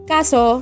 Kaso